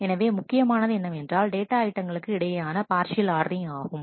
எனவே முக்கியமானது என்னவென்றால் டேட்டா ஐட்டங்களுக்கு இடையேயான பார்சியல் ஆர்டரிங் ஆகும்